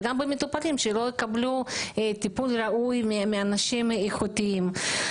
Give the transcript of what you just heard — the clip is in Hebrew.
וגם במטופלים שלא יקבלו טיפול ראוי מאנשים איכותיים.